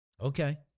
Okay